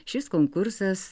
šis konkursas